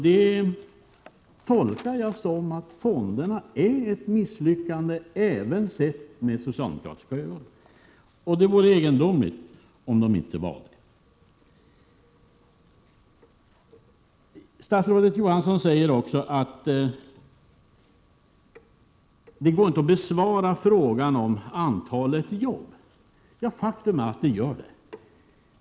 Detta tolkar jag som att fonderna är ett misslyckande, även sett med socialdemokratiska ögon. Det vore egendomligt om de inte vore det. Statsrådet Johansson säger att det inte går att besvara frågan om antalet jobb, men faktum är att det gör det.